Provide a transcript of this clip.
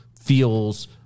feels